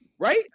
Right